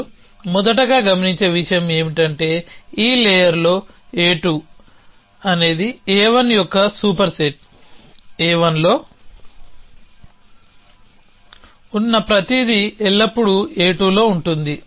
మీరు మొదటగా గమనించే విషయం ఏమిటంటే ఈ లేయర్లో a2 అనేది a1 యొక్క సూపర్సెట్ a1లో ఉన్న ప్రతిదీ ఎల్లప్పుడూ a2 లో ఉంటుంది